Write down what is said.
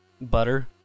Butter